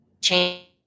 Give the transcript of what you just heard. change